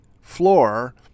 floor